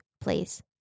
Please